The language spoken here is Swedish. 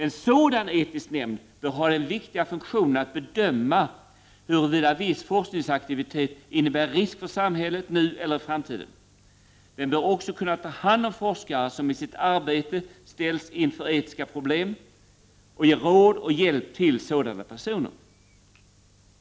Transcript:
En sådan etisk nämnd bör ha den viktiga funktionen att bedöma huruvida viss forskningsaktivitet innebär risk för samhället nu eller i framtiden. Den bör också kunna ta hand om forskare som i sitt arbete ställts inför etiska problem och ge råd och hjälp till sådana personer.